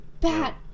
Bad